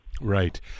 Right